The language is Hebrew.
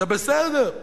זה בסדר.